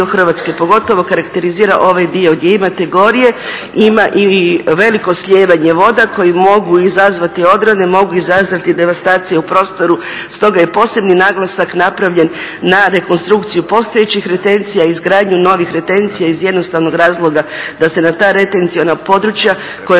Hrvatske, pogotovo karakterizira ovaj dio gdje imate gorje, ima i veliko slijevanje voda koje mogu izazvati odrone, mogu izazvati devastacije u prostoru, stoga je posebni naglasak napravljen na rekonstrukciju postojećih retencija i izgradnju novih retencija iz jednostavnog razloga da se na ta retenciona područja koja